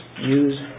use